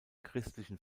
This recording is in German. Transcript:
christlichen